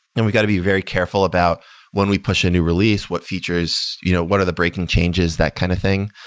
then we've got to be very careful about when we push a new release, what features you know what are the breaking changes, that kind of thing.